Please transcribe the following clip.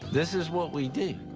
this is what we do.